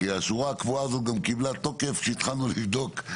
כי השורה הזאת גם קיבלה תוקף כשהתחלנו לבדוק.